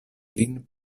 lin